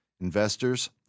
investors